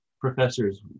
professors